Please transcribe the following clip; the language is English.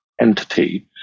entity